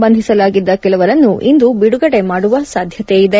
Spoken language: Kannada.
ಬಂಧಿಸಲಾಗಿದ್ದ ಕೆಲವರನ್ನು ಇಂದು ಬಿಡುಗಡೆ ಮಾಡುವ ಸಾಧ್ಯತೆ ಇದೆ